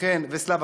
לחן וסלבה.